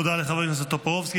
תודה לחבר הכנסת טופורובסקי.